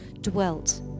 dwelt